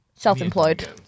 Self-employed